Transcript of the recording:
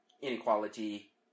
inequality